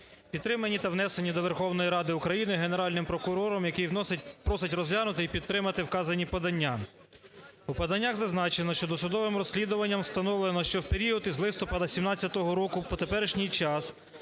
підтримані та внесені до Верховної Ради України Генеральним прокурором, який просить розглянути і підтримати вказані подання. У поданнях зазначено, що досудовим розслідуванням встановлено, що в період із листопада 17-го року по теперішній час